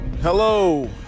Hello